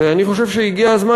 ואני חושב שהגיע הזמן,